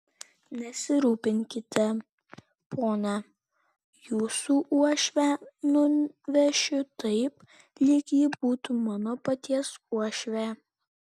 nesirūpinkite pone jūsų uošvę nuvešiu taip lyg ji būtų mano paties uošvė